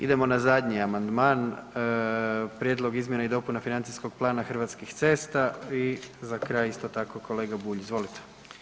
Idemo na zadnji amandman, Prijedlog izmjena i dopuna financijskog plana Hrvatskih cesta i za kraj isto tako kolega Bulj, izvolite.